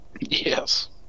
yes